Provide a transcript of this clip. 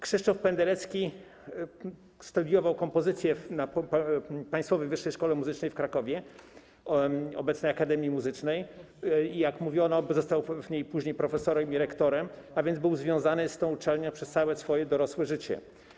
Krzysztof Penderecki studiował kompozycję w Państwowej Wyższej Szkole Muzycznej w Krakowie, obecnej Akademii Muzycznej, i jak mówiono, został później jej profesorem i rektorem, a więc był związany z tą uczelnią przez całe swoje dorosłe życie.